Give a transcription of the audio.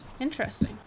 Interesting